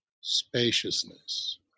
spaciousness